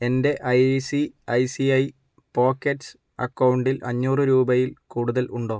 എൻ്റെ I C I C I pockets അക്കൗണ്ടിൽ അഞ്ഞൂറ് രൂപയിൽ കൂടുതൽ ഉണ്ടോ